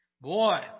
Boy